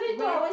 when